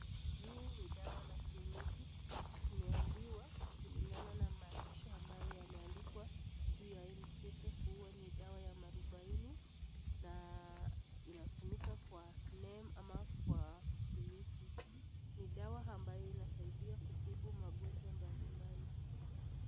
Hii ni dawa ya kienyeji. Tumeambiwa kulingana na maandishi ambayo yameandikwa juu ya hii mzigo kuwa ni dawa ya marubani na inatumika kwaa nami ama kiini. Ni dawa ambayo inasaidia kutibu magojwa mbalimbali.